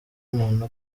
muntu